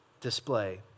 display